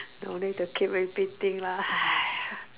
don't need to keep repeating lah !haiya!